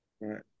Right